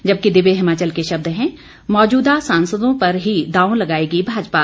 जबकि दिव्य हिमाचल के शब्द हैं मौजूदा सांसदों पर ही दांव लगाएगी भाजपा